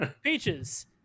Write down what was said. Peaches